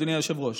אדוני היושב-ראש.